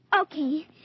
Okay